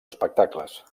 espectacles